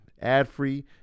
ad-free